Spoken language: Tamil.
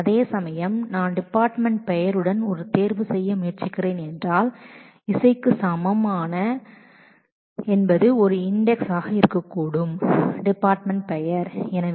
அதேசமயம் நான் டிபார்ட்மெண்ட் பெயர் இசைக்கு சமமாக இருக்கும் இன்டெக்சை தேர்வு செய்ய முயற்சிக்கிறேன் அது டிபார்ட்மெண்ட் பெயர் அடிப்படையில் செகண்டரி இன்டெக்ஸ் ஆக இருக்கும் என்றால் டிபார்ட்மெண்ட் பெயர் என்பது ஒரு இன்டெக்ஸ் ஆக இருக்கக்கூடும்